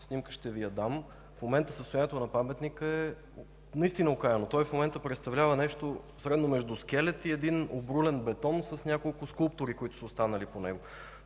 я), ще Ви я дам. В момента състоянието на паметника е наистина окаяно – представлява нещо средно между скелет и обрулен бетон с няколко скулптури, които са останали по него.